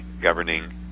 governing